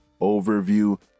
overview